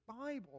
Bible